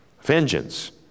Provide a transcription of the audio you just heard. Vengeance